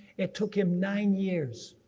it took him nine years